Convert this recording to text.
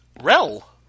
Rel